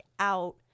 out